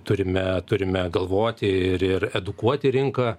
turime turime galvoti ir ir edukuoti rinką